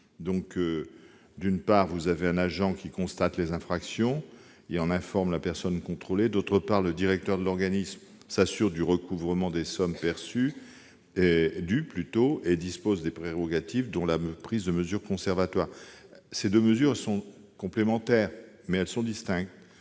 D'une part, un agent constate les infractions et en informe la personne contrôlée. D'autre part, le directeur de l'organisme s'assure du recouvrement des sommes dues et dispose de prérogatives, dont la prise de mesures conservatoires. Ces deux actions sont complémentaires, mais elles sont distinctes.